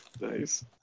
Nice